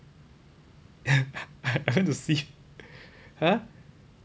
I I went to see !huh!